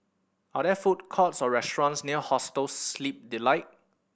are there food courts or restaurants near Hostel Sleep Delight